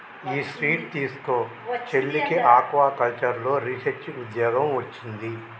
ఈ స్వీట్ తీస్కో, చెల్లికి ఆక్వాకల్చర్లో రీసెర్చ్ ఉద్యోగం వొచ్చింది